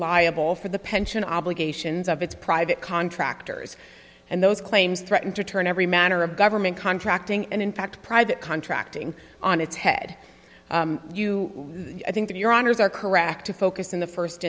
offer the pension obligations of its private contractors and those claims threaten to turn every manner of government contracting and in fact private contracting on its head you i think that your honour's are correct to focus in the first